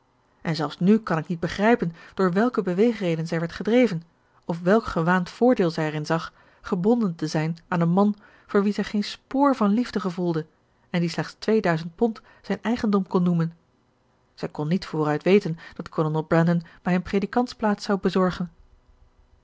en zelfs nu kan ik niet begrijpen door welke beweegreden zij werd gedreven of welk gewaand voordeel zij erin zag gebonden te zijn aan een man voor wien zij geen spoor van liefde gevoelde en die slechts tweeduizend pond zijn eigendom kon noemen zij kon niet vooruit weten dat kolonel brandon mij eene predikantsplaats zou bezorgen